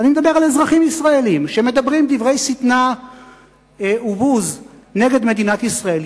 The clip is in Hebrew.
אני מדבר על אזרחים ישראלים שמדברים דברי שטנה ובוז נגד מדינת ישראל,